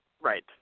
right